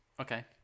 Okay